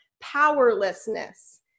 Powerlessness